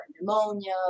pneumonia